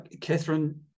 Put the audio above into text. Catherine